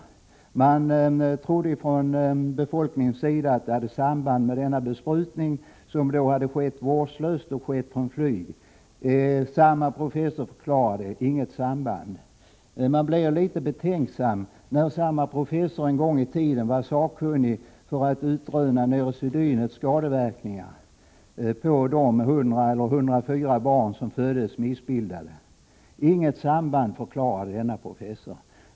Befolkningen i området trodde att detta hade samband med besprutningen, som hade skett vårdslöst och från flygplan. Samme professor förklarade att det inte fanns något samband. Man blir litet betänksam när man vet att denne professor en gång i tiden var sakkunnig när det gällde att utröna neurosedynets skadeverkningar. Det gällde 100 eller 104 barn som föddes med missbildningar. Samme professor förklarade att det inte fanns något samband.